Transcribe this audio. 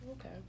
okay